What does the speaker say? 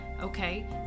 Okay